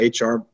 HR